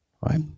right